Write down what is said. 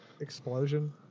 Explosion